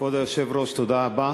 כבוד היושב-ראש, תודה רבה.